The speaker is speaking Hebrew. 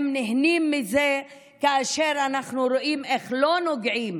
הם נהנים מזה כאשר אנחנו רואים איך לא נוגעים